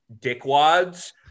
dickwads